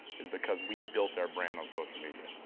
is because we built our brand on social media.